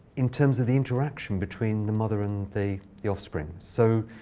in terms of the interaction between the mother and the the offspring. so